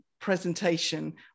presentation